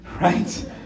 right